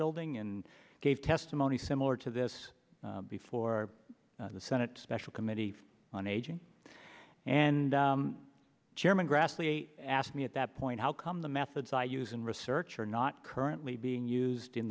building and gave testimony similar to this before the senate special committee on aging and chairman grassley asked me at that point how come the methods i use in research are not currently being used in